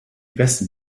besten